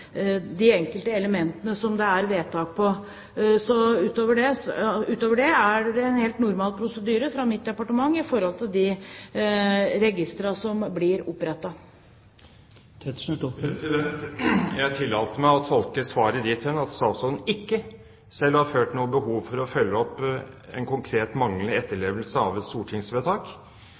de enkelte elementene som det er vedtak på. Utover det er det en helt normal prosedyre fra mitt departement når det gjelder de registrene som blir opprettet. Jeg tillater meg å tolke svaret dit hen at statsråden ikke selv har følt noe behov for å følge opp en konkret manglende etterlevelse av et stortingsvedtak